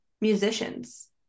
musicians